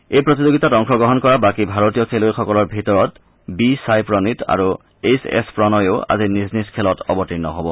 এই প্ৰতিযোগিতাত অংশগ্ৰহণ কৰা বাকী ভাৰতীয় খেলুৱৈসকলৰ ভিতৰত বি সাই প্ৰণীত আৰু এইছ এছ প্ৰণয়ো আজি নিজ নিজ খেলত অৱতীৰ্ণ হ'ব